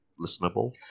listenable